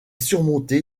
surmonté